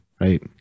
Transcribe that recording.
right